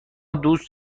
دوست